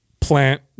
plant